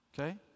okay